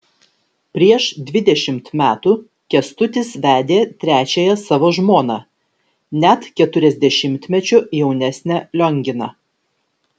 prieš dvidešimt metų kęstutis vedė trečiąją savo žmoną net keturiasdešimtmečiu jaunesnę lionginą